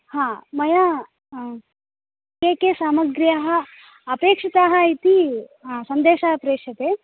हा मया के के सामग्र्याः अपेक्षिताः इति सन्देशः प्रेष्यते